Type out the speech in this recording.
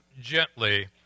gently